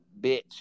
bitch